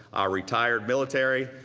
our retired military,